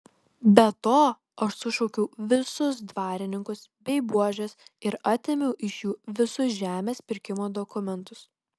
be to aš sušaukiau visus dvarininkus bei buožes ir atėmiau iš jų visus žemės pirkimo dokumentus